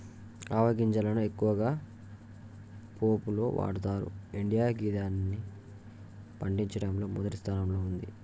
ఆవ గింజలను ఎక్కువగా పోపులో వాడతరు ఇండియా గిదాన్ని పండించడంలో మొదటి స్థానంలో ఉంది